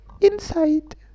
inside